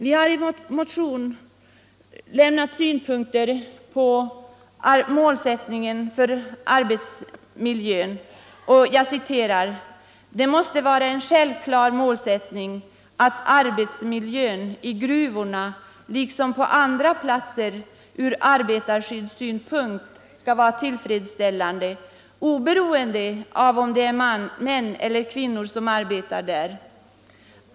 Vi har i vår motion angivit vissa synpunkter på målsättningen för arbetsmiljön: ”Det måste vara en självklar målsättning att arbetsmiljön i gruvorna liksom på andra arbetsplatser från arbetarskyddssynpunkt skall vara tillfredsställande, oberoende av om det är män eller kvinnor som arbetar där.